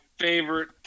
Favorite